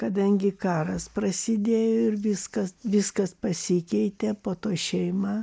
kadangi karas prasidėjo ir viskas viskas pasikeitė po to šeima